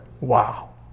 Wow